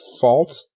fault